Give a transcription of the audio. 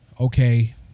okay